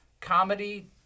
Comedy